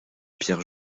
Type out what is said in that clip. pierre